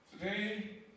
Today